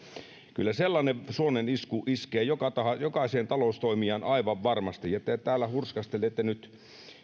kyllä sellainen suonenisku iskee jokaiseen taloustoimijaan aivan varmasti ja te täällä hurskastelette nyt